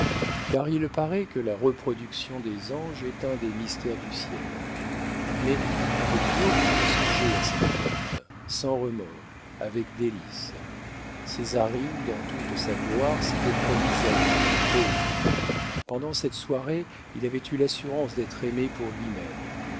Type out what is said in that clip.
car il paraît que la reproduction des anges est un des mystères du ciel mais popinot pouvait songer à cette fête sans remords avec délices césarine dans toute sa gloire s'était promise à lui pauvre pendant cette soirée il avait eu l'assurance d'être aimé pour lui-même